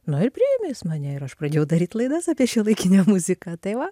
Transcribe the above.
nu ir priėmė jis mane ir aš pradėjau daryt laidas apie šiuolaikinę muziką tai va